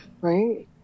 Right